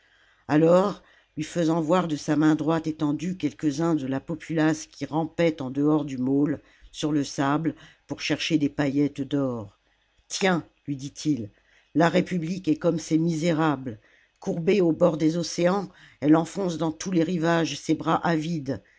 alors lui faisant voir de sa main droite étendue quelques-uns de la populace qui rampaient en dehors du môle sur le sable pour chercher des paillettes d'or tiens lui dit-il la république est comme ces misérables courbée au bord des océans elle enfonce dans tous les rivages ses bras avides